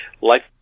life-